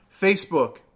Facebook